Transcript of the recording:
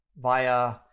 via